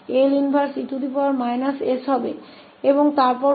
तो inverse 1s का 1 है और इस ss21का इनवर्स है और यह cos 𝑡 है